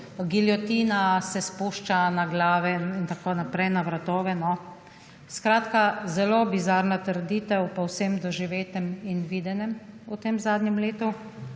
giljotina se spušča na glave, na vratove. Skratka, zelo bizarna trditev po vsem doživetem in videnem v tem zadnjem letu